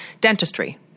dentistry